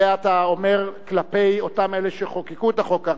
זה אתה אומר כלפי אותם אלה שחוקקו את החוק.